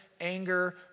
anger